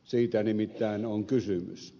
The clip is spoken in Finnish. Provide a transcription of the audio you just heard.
siitä nimittäin on kysymys